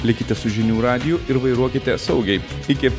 likite su žinių radiju ir vairuokite saugiai iki